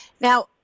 Now